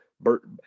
Burton